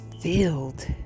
filled